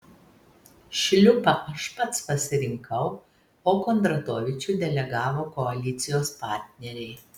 šliupą aš pats pasirinkau o kondratovičių delegavo koalicijos partneriai